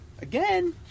Again